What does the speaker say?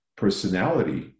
personality